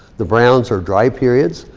the browns are dry periods.